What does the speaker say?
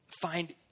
find